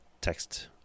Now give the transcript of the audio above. text